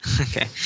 okay